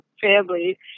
family